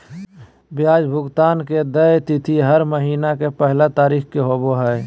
ब्याज भुगतान के देय तिथि हर महीना के पहला तारीख़ के होबो हइ